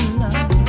love